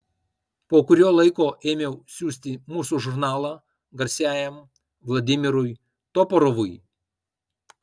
po kurio laiko ėmiau siųsti mūsų žurnalą garsiajam vladimirui toporovui